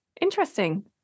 interesting